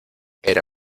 era